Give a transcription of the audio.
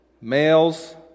Males